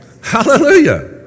Hallelujah